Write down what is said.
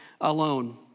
alone